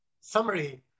summary